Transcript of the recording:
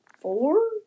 four